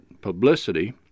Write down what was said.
publicity